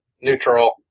Neutral